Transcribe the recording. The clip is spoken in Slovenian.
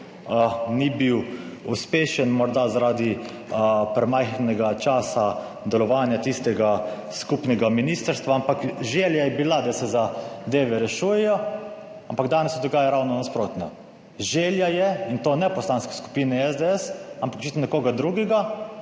ni bil uspešen, morda zaradi premajhnega časa delovanja tistega skupnega ministrstva, ampak želja je bila, da se zadeve rešujejo, ampak danes se dogaja ravno nasprotno. Želja je, in to ne Poslanske skupine SDS, ampak očitno nekoga drugega,